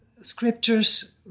scriptures